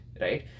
right